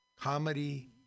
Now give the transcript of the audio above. Comedy